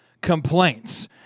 complaints